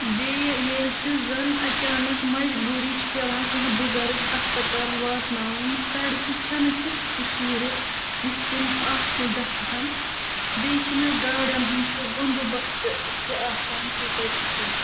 بیٚیہِ ییٚلہِ تہِ زَن اَچانٛک مَجبوٗری چھِ پٮ۪وان کانٛہہ بُزَرگ ہَسپَتال واتناوُن سَڑکہٕ چھَنہٕ تِژھٕ تہِ شیٖرِتھ یُس تِم آسنہِ گژھٕ ہن بیٚیہِ چھِنہٕ گاڑٮ۪ن ہُنٛد سُہ بنٛدوبَس تہِ تہِ آسان تیٛوٗتاہ کِہیٖنٛۍ